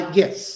yes